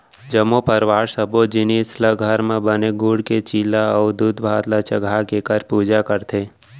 जम्मो परवार सब्बो जिनिस ल घर म बने गूड़ के चीला अउ दूधभात ल चघाके एखर पूजा करथे